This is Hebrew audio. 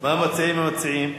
מה מציעים המציעים?